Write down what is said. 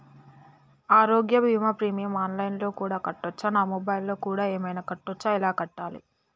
ఆరోగ్య బీమా premium online లో కూడా కట్టచ్చా? నా మొబైల్లో కూడా ఏమైనా కట్టొచ్చా? ఎలా కట్టాలి?